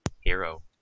Hero